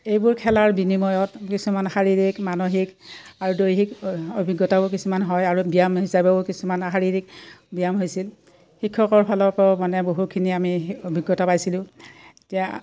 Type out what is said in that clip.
এইবোৰ খেলাৰ বিনিময়ত কিছুমান শাৰীৰিক মানসিক আৰু দৈহিক অভিজ্ঞতাও কিছুমান হয় আৰু ব্যায়াম হিচাপেও কিছুমান শাৰীৰিক ব্যায়াম হৈছিল শিক্ষকৰ ফালৰ পৰাও মানে বহুখিনি আমি অভিজ্ঞতা পাইছিলোঁ এতিয়া